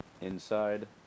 inside